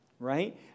right